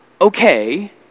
okay